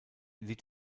litt